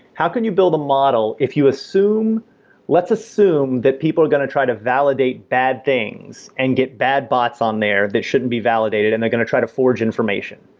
how can you build a model if you assume let's assume that people are going to try to validate bad things and get bad bots on there that shouldn't be validated and they're going to try to forge information,